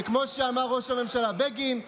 וכמו שאמר ראש הממשלה בגין,